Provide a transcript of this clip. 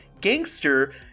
gangster